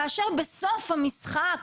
כאשר בסוף המשחק,